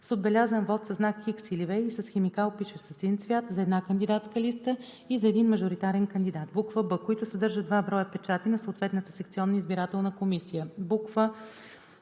с отбелязан вот със знак „Х“ или „V“ и с химикал, пишещ със син цвят, за една кандидатска листа и за един мажоритарен кандидат; б) които съдържат два броя печати на съответната секционна избирателна комисия; 6.